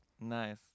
nice